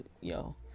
Yo